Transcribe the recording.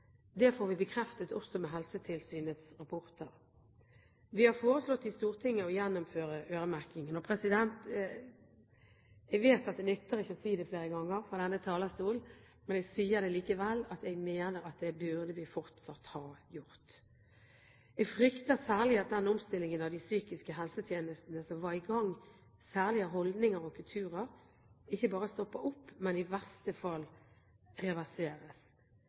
Det får vi bekreftet også med Helsetilsynets rapporter. Vi har foreslått i Stortinget å gjeninnføre øremerkingen. Jeg vet at det ikke nytter å si det flere ganger fra denne talerstol, men jeg sier det likevel: Jeg mener at det burde vi fortsatt ha gjort. Jeg frykter særlig at den omstillingen av de psykiske helsetjenestene som var i gang, særlig av holdninger og kulturer, ikke bare stopper opp, men i verste fall reverseres.